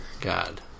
God